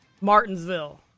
Martinsville